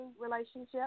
relationship